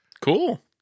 Cool